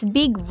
big